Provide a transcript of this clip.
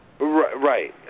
Right